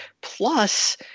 plus